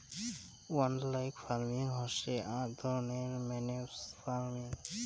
wildlife farming হসে আক ধরণের ম্যানেজড ফার্মিং